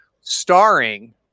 starring